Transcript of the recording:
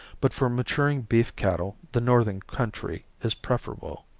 but for maturing beef cattle the northern country is preferable.